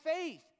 faith